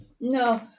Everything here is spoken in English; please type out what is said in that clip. No